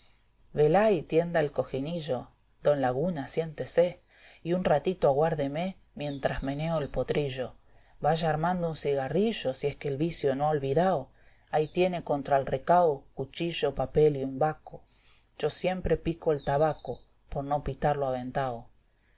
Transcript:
colorao velay tienda el cojinillo don laguna siéntese y un ratito aguárdeme mientras maneo el potrillo vaya armando un cigarrillo si es que el vicio no ha olvidao ahí tiene contra él recao cuchillo papel y un naco yo siempre pico el tabaco por no pitarlo aventao